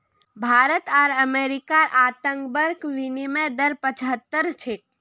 भारत आर अमेरिकार अंतर्बंक विनिमय दर पचाह्त्तर छे